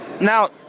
now